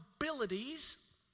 abilities